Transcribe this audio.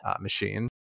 machine